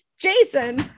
jason